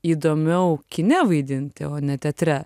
įdomiau kine vaidinti o ne teatre